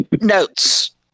notes